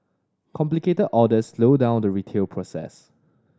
complicated orders slowed down the retail process